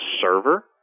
server